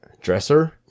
dresser